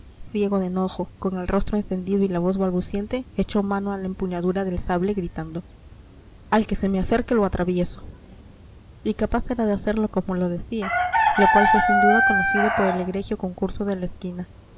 ciego de enojo con el rostro encendido y la voz balbuciente echó mano a la empuñadura del sable gritando al que se me acerque lo atravieso y capaz era de hacerlo como lo decía lo cual fue sin duda conocido por el egregio concurso de la esquina